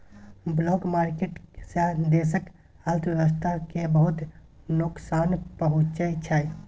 black market सँ देशक अर्थव्यवस्था केँ बहुत नोकसान पहुँचै छै